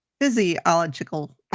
physiological